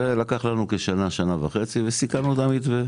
ולקח לנו כשנה שנה וחצי וסיכמנו את המתווה